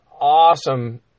awesome